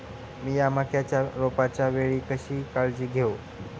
मीया मक्याच्या रोपाच्या वेळी कशी काळजी घेव?